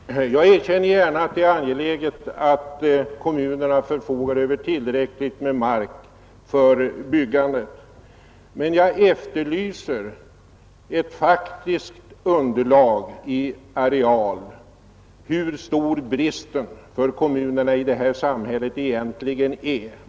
Herr talman! Jag erkänner gärna att det är angeläget att kommunerna förfogar över tillräckligt med mark för byggandet, men jag efterlyser ett faktiskt underlag i arealsiffror hur stor bristen för kommunerna egentligen är.